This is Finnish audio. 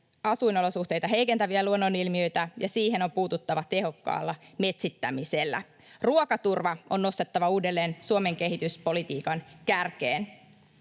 asuinolosuhteita heikentäviä luonnonilmiöitä, ja siihen on puututtava tehokkaalla metsittämisellä. Ruokaturva on nostettava uudelleen Suomen kehityspolitiikan kärkeen.